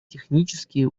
технические